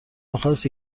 میخواست